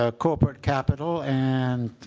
ah corporate capital and